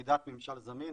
יחידת ממשל זמין,